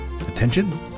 attention